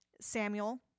Samuel